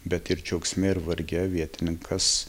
bet ir džiaugsme ir varge vietininkas